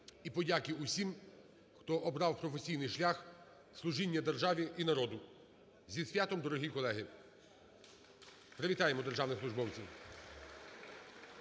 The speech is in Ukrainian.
і подяки усім, хто обрав професійний шлях служіння державі і народу. Зі святом, дорогі колеги! Привітаємо державних службовців!